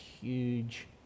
huge